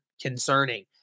concerning